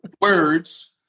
Words